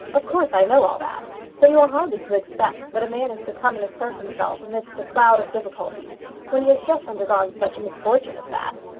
of course i know all that but you are hardly to expect that a man is to come and assert himself amidst a cloud of difficulties when he has just undergone such a misfortune as that!